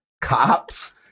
cops